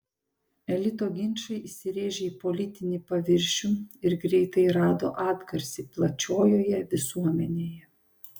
elito ginčai įsirėžė į politinį paviršių ir greitai rado atgarsį plačiojoje visuomenėje